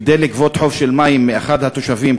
כדי לגבות חוב של מים מאחד התושבים,